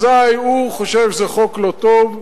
אזי הוא חושב שזה חוק לא טוב,